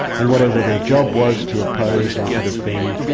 and whatever their job was to oppose or to defend,